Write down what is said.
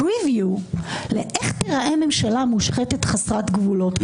איך תיראה ממשלה מושחתת חסרת גבולות,